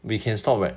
we can stop right